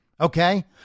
Okay